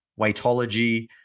weightology